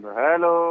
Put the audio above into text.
hello